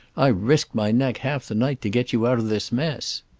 i've risked my neck half the night to get you out of this mess.